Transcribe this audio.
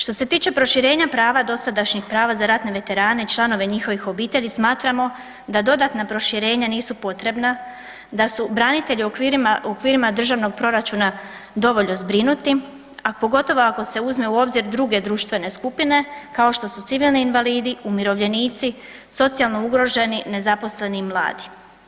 Što se tiče proširenje prava dosadašnjih prava za ratne veterane i članove njihovih obitelji smatramo da dodatna proširenja nisu potrebna, da su branitelji u okvirima državnog proračuna dovoljno zbrinuti, a pogotovo ako se uzme u obzir druge društvene skupine kao što su civilni invalidi, umirovljenici, socijalno ugroženi, nezaposleni i mladi.